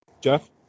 Jeff